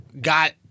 Got